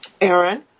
Aaron